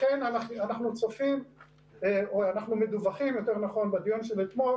לכן אנחנו מדווחים בדיון של אתמול